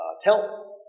tell